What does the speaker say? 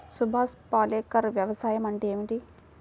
సుభాష్ పాలేకర్ వ్యవసాయం అంటే ఏమిటీ?